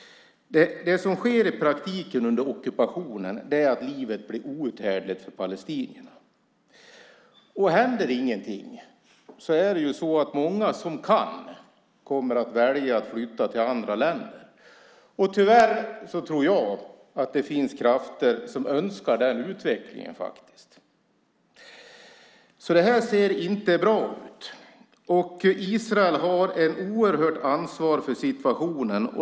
Det som sker i praktiken under ockupationen är att livet blir outhärdligt för palestinierna. Om det inte händer något kommer många som kan att välja att flytta till andra länder. Tyvärr tror jag att det finns krafter som önskar den utvecklingen. Så det här ser inte bra ut. Israel har ett oerhört ansvar för situationen.